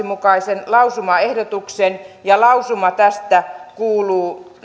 mukaisen lausumaehdotuksen ja lausuma tästä kuuluu